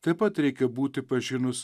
taip pat reikia būti pažinus